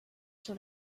sur